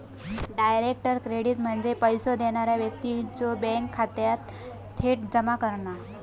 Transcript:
direct credit म्हणजे पैसो देणारा व्यक्तीच्यो बँक खात्यात थेट जमा करणा